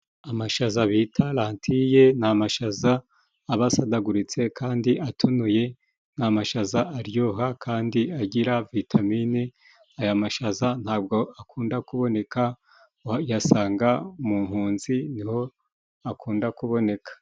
Amashaza bita lantiye, ni amashaza aba asadaguritse kandi atonoye. Ni amashaza aryoha kandi agira vitamini. Aya mashaza ntabwo akunda kuboneka, wayasanga mu mpunzi ni ho akunda kuboneka.